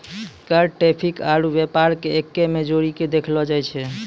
कर टैरिफ आरू व्यापार के एक्कै मे जोड़ीके देखलो जाए छै